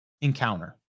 encounter